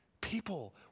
People